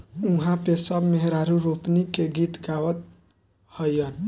उहा पे सब मेहरारू रोपनी के गीत गावत हईन